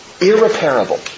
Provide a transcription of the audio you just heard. Irreparable